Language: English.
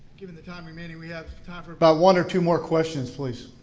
given the time remaining, we have time for about one or two more questions, please.